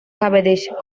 cavendish